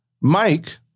Mike